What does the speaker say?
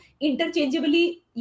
interchangeably